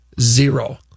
Zero